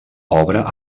obra